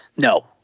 no